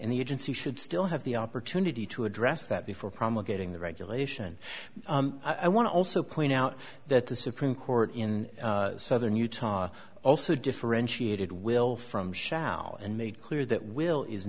in the agency should still have the opportunity to address that before promulgating the regulation i want to also point out that the supreme court in southern utah also differentiated will from shall and made clear that will is